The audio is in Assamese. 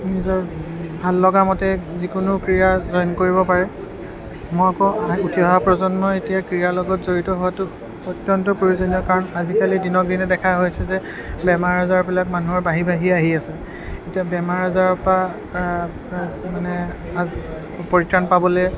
নিজৰ ভাললগা মতে যিকোনো ক্ৰীড়াত জইন কৰিব পাৰে মই কওঁ উঠি অহা প্ৰজন্মই এতিয়া ক্ৰীড়াৰ লগত জড়িত হোৱাটো অত্যন্ত প্ৰয়োজনীয় কাৰণ আজিকালি দিনকদিনে দেখা হৈছে যে বেমাৰ আজাৰবিলাক মানুহৰ বাঢ়ি বাঢ়ি আহি আছে এতিয়া বেমাৰ আজাৰৰ পৰা মানে পৰিত্ৰাণ পাবলৈ